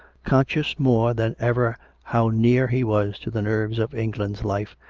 conscious more than ever how near he was to the nerves of england's life,